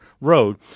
road